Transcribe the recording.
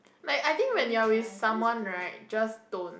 like I think when you are with someone right just don't